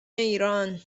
ایران